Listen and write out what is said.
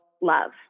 love